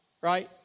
right